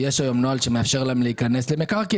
יש היום נוהל שמאפשר להם להיכנס למקרקעין,